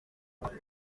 bamwe